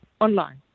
online